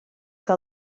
que